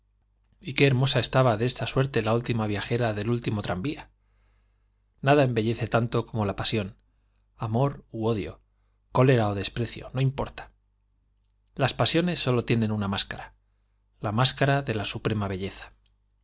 y hermosa estaba de ea qué suerte la última viajera del último tranvía nada embellece tanto como la pasión amor ú odio cólera ó desprecio j n o importa las pasiones sólo tienen una máscara la máscara de la suprema be